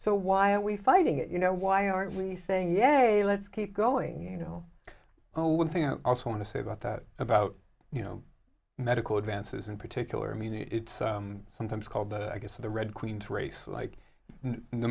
so why are we fighting it you know why aren't we saying yeah a let's keep going you know oh one thing i also want to say about that about you know medical advances in particular i mean it's sometimes called that i guess the red queen teresa like no